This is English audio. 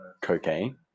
cocaine